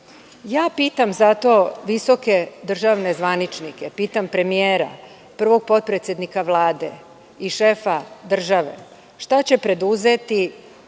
pismo. Pitam zato visoke državne zvaničnike, pitam premijera, prvog potpredsednika Vlade i šefa države, šta će preduzeti